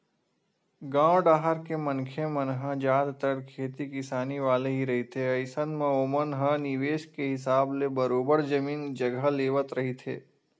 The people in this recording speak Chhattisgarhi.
गाँव डाहर के मनखे मन ह जादतर खेती किसानी वाले ही रहिथे अइसन म ओमन ह निवेस के हिसाब ले बरोबर जमीन जघा लेवत रहिथे